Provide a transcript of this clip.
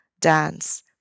dance